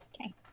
Okay